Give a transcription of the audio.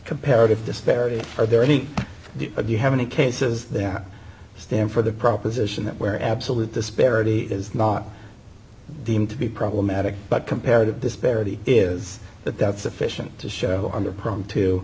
comparative disparity are there any but you have any case is there stand for the proposition that we're absolute disparity is not deemed to be problematic but comparative disparity is that that's sufficient to show under prone to